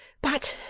but,